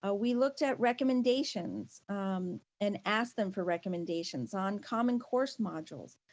ah we looked at recommendations and asked them for recommendations on common course modules.